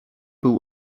był